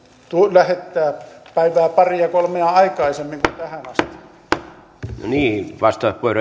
lähettää päivää paria kolmea aikaisemmin kuin